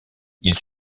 ils